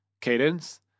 cadence